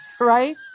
right